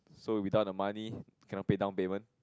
so without the money can not pay down payment